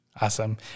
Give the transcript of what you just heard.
Awesome